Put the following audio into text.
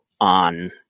on